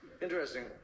Interesting